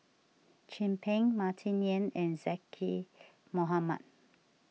Chin Peng Martin Yan and Zaqy Mohamad